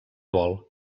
vol